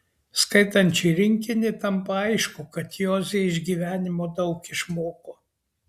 skaitant šį rinkinį tampa aišku kad joze iš gyvenimo daug išmoko